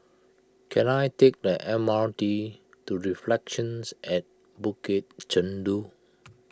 can I take the M R T to Reflections at Bukit Chandu